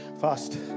Fast